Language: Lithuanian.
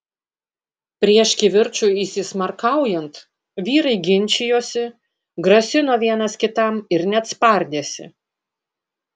prieš kivirčui įsismarkaujant vyrai ginčijosi grasino vienas kitam ir net spardėsi